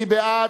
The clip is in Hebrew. מי בעד?